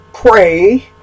pray